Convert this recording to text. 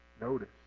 notice